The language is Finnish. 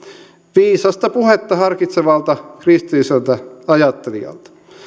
viisasta puhetta harkitsevalta kristilliseltä ajattelijalta